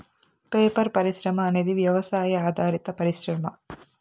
paper పరిశ్రమ అనేది వ్యవసాయ ఆధారిత పరిశ్రమ